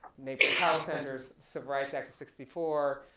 neighborhood health centers, civil rights act of sixty four,